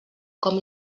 com